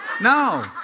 No